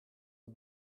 het